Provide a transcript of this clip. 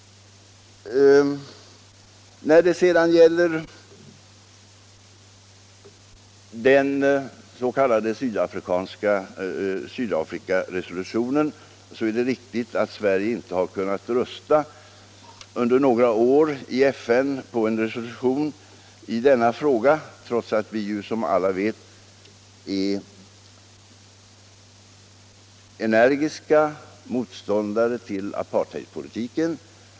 Vad sedan gäller den s.k. Sydafrikaresolutionen är det riktigt att Sverige under några år inte har kunnat rösta i FN på en resolution i denna fråga, trots att vi som alla vet är energiska motståndare till apartheidpolitiken.